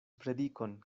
predikon